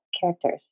characters